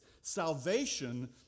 salvation